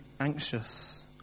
anxious